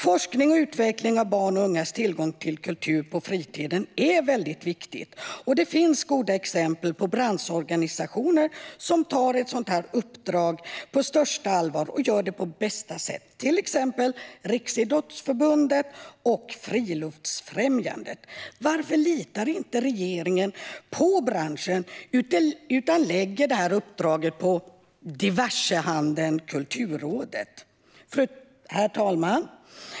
Forskning och utveckling när det gäller barns och ungas tillgång till kultur på fritiden är viktigt. Det finns goda exempel på branschorganisationer som tar ett sådant uppdrag på största allvar och gör det på bästa sätt, till exempel Riksidrottsförbundet och Friluftsfrämjandet. Varför litar inte regeringen på branschen utan lägger uppdraget på diversehandeln Kulturrådet? Herr talman!